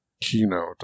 keynote